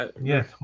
yes